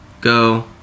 go